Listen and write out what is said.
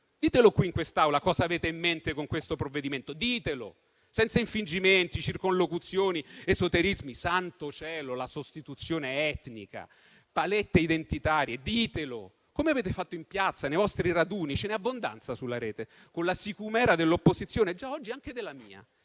ditelo qui, in quest'Aula, cos'avete in mente con questo provvedimento. Ditelo senza infingimenti, circonlocuzioni, esoterismi. Santo cielo, la sostituzione etnica, le palette identitarie! Ditelo, come avete fatto in piazza nei vostri raduni. C'è abbondanza di immagini sulla Rete, con la sicumera dell'opposizione degli anni scorsi, già oggi anche della mia.